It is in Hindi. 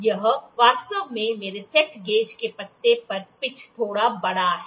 यह वास्तव में मेरे सेट गेज के पत्ते पर पिच थोड़ा बड़ा है